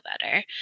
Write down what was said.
better